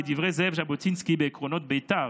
כדברי זאב ז'בוטינסקי בעקרונות בית"ר,